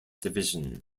division